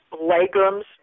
legumes